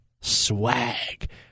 swag